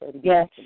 Yes